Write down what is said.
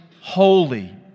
holy